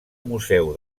museu